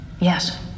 Yes